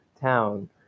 town